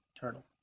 turtle